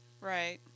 Right